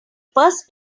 first